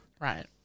Right